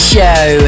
Show